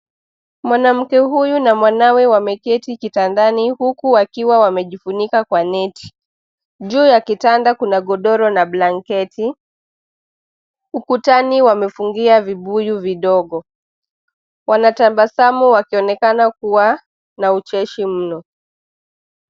Mwanamke huyu na mwanawe wameketi kitandani huku wakiwa wamejifunika kwa neti. Juu ya kitanda kuna godoro na blanketi. Ukutani wamefungia vibuyu vidogo. Wanatabasamu wakionekana kua na ucheshi mno.